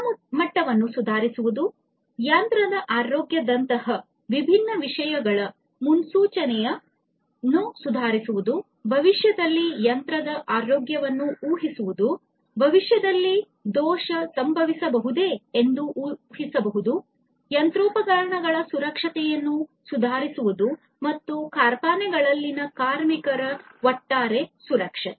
ಗುಣಮಟ್ಟವನ್ನು ಸುಧಾರಿಸುವುದು ಯಂತ್ರದ ಆರೋಗ್ಯದಂತಹ ವಿಭಿನ್ನ ವಿಷಯಗಳ ಮುನ್ಸೂಚನೆಯನ್ನು ಸುಧಾರಿಸುವುದು ಭವಿಷ್ಯದಲ್ಲಿ ಯಂತ್ರದ ಆರೋಗ್ಯವನ್ನು ಊಹಿಸುವುದು ಭವಿಷ್ಯದಲ್ಲಿ ದೋಷ ಸಂಭವಿಸಬಹುದೇ ಎಂದು ಊಹಿಸುವುದು ಯಂತ್ರೋಪಕರಣಗಳ ಸುರಕ್ಷತೆಯನ್ನು ಸುಧಾರಿಸುವುದು ಮತ್ತು ಕಾರ್ಖಾನೆಗಳಲ್ಲಿನ ಕಾರ್ಮಿಕರ ಒಟ್ಟಾರೆ ಸುರಕ್ಷತೆ